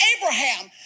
Abraham